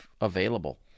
available